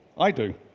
i do.